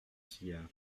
cigare